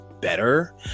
better